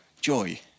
joy